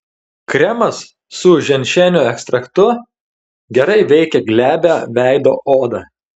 kremas su ženšenio ekstraktu gerai veikia glebią veido odą